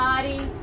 body